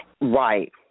Right